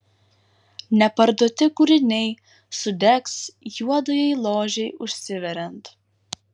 neparduoti kūriniai sudegs juodajai ložei užsiveriant